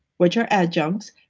which are adjuncts,